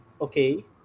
okay